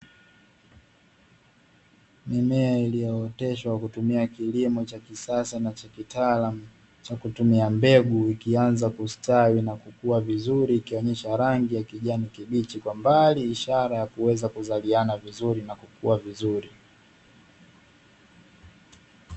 Mimea iliyooteshwa kutumia kilimo cha kisasa na cha kitaalamu cha kutumia mbegu, ikianza kustawi na kukua vizuri ikionyesha rangi ya kijani kibichi kwa mbani ishara ya kuweza kuzaliana vizuri na kukua vizuri.